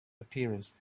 appearance